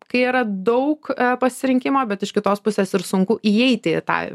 kai yra daug pasirinkimo bet iš kitos pusės ir sunku įeiti į tą